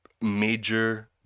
major